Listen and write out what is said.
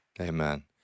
amen